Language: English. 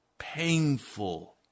painful